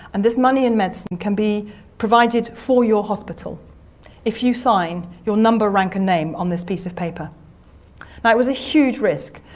and this money and medicine can be provided for your hospital if you sign your number, rank and name on this piece of paper now it was a huge risk,